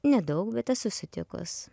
nedaug bet esu sutikus